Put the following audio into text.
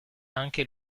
anche